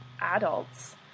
adults